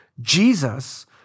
Jesus